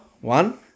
one